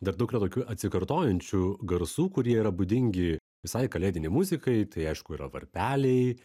dar daug yra tokių atsikartojančių garsų kurie yra būdingi visai kalėdinei muzikai tai aišku yra varpeliai